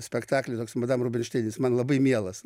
spektaklį toks madam rubelšteit jis man labai mielas